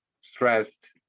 stressed